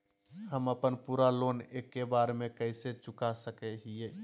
हम अपन पूरा लोन एके बार में कैसे चुका सकई हियई?